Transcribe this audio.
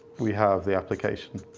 we have the application.